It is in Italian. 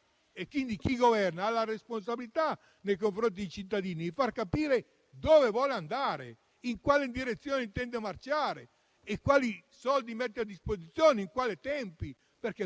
dato. Chi governa ha la responsabilità nei confronti dei cittadini di far capire dove vuole andare, in quale direzione intende marciare, quali soldi mette a disposizione e con quali tempi.